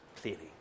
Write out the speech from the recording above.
clearly